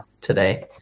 today